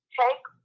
take